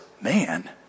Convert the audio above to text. man